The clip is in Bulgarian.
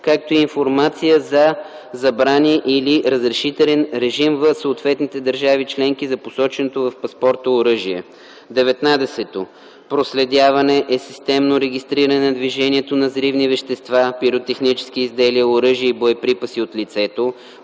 както и информация за забрани или разрешителен режим в съответните държави членки за посоченото в паспорта оръжие. 19. „Проследяване“ е системно регистриране на движението на взривни вещества, пиротехнически изделия, оръжия и боеприпаси от лицето,